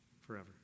forever